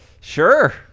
Sure